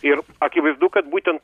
ir akivaizdu kad būten